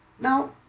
Now